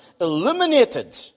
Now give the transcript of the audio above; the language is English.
illuminated